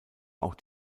auch